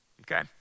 Okay